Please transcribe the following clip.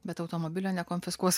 bet automobilio nekonfiskuos